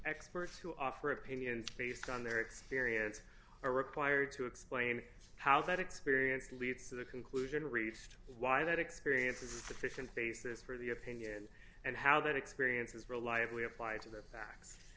experts who offer opinions based on their experience are required to explain how that experience leads to the conclusion reached why that experience is sufficient basis for the opinion and how that experience is reliably applied to the